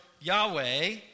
Yahweh